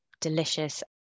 delicious